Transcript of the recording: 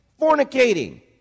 fornicating